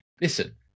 listen